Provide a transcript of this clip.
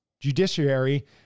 Judiciary